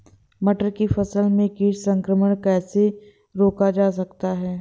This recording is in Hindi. मटर की फसल में कीट संक्रमण कैसे रोका जा सकता है?